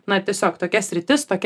na tiesiog tokia sritis tokia